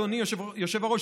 אדוני היושב-ראש,